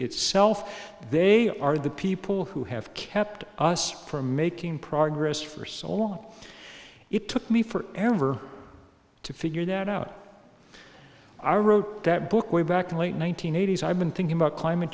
itself they are the people who have kept us from making progress for so long it took me forever to figure that out i wrote that book way back in late one nine hundred eighty s i've been thinking about climate